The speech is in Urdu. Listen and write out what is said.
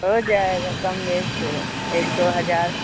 ہو جائے گا کم بیس ایک دو ہجار